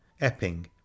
Epping